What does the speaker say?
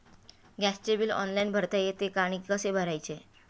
गॅसचे bill online भरता येते का आणि कसे भरायचे?